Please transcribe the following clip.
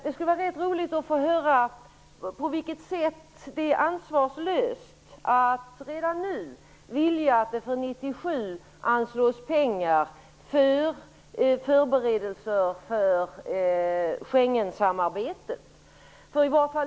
Det skulle vara rätt roligt att få höra på vilket sätt det är ansvarslöst att redan nu vilja att det för 1997 anslås pengar för förberedelser för Schengensamarbetet.